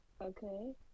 Okay